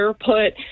put